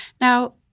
Now